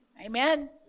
Amen